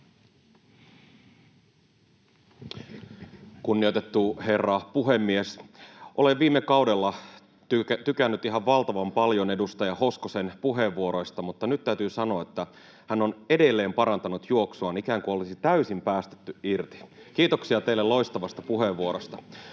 Kunnioitettu herra puhemies! Olen viime kaudella tykännyt ihan valtavan paljon edustaja Hoskosen puheenvuoroista, mutta nyt täytyy sanoa, että hän on edelleen parantanut juoksuaan, ikään kuin olisi täysin päästetty irti. Kiitoksia teille loistavasta puheenvuorosta.